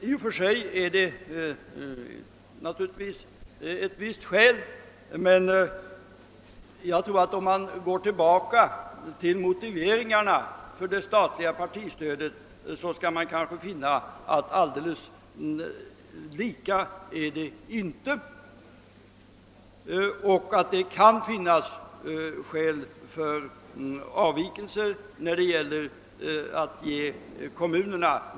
I och för sig kan detta vara riktigt, men går man till motiveringarna för det statliga partistödet skall man finna att förhållandena inte är likartade. Det kan alltså föreligga motiv till avvikelser beträffande kommunernas.